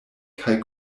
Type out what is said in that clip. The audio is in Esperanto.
kaj